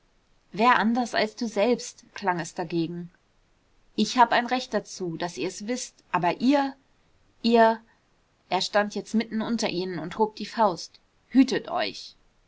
wer anders als du selbst klang es dagegen ich hab ein recht dazu daß ihr's wißt aber ihr ihr er stand jetzt mitten unter ihnen und hob die faust hütet euch